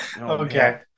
Okay